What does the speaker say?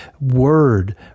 word